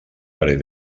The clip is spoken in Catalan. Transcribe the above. parell